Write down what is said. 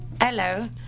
Hello